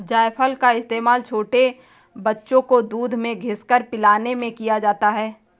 जायफल का इस्तेमाल छोटे बच्चों को दूध में घिस कर पिलाने में किया जाता है